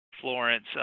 florence